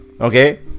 Okay